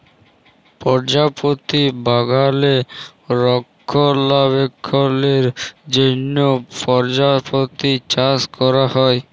পরজাপতি বাগালে রক্ষলাবেক্ষলের জ্যনহ পরজাপতি চাষ ক্যরা হ্যয়